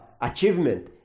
achievement